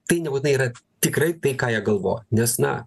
tai nebūtinai yra tikrai tai ką jie galvoja nes na